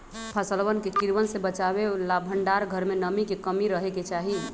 फसलवन के कीड़वन से बचावे ला भंडार घर में नमी के कमी रहे के चहि